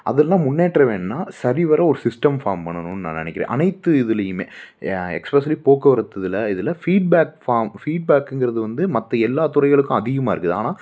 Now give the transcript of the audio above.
அதெல்லாம் முன்னேற்றம் வேணும்ன்னா சரிவர ஒரு சிஸ்டம் ஃபார்ம் பண்ணணும்னு நான் நினைக்கிறேன் அனைத்து இதுலேயுமே எக்ஸ்பெஷலி போக்குவரத்து இதில் இதில் ஃபீட்பேக் ஃபார்ம் ஃபீட்பேக்குங்கிறது வந்து மற்ற எல்லா துறைகளுக்கும் அதிகமாக இருக்குது ஆனால்